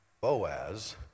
Boaz